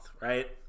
right